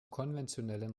konventionellen